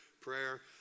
prayer